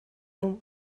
том